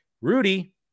Rudy